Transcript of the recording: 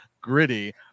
Gritty